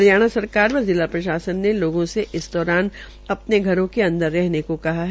हरियाणा सरकार व जिला प्रशासन ने लोगों से इस दौरान अपने घरों के अंदर रहने को कहा है